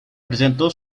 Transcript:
presentó